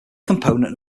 component